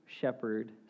shepherd